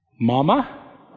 Mama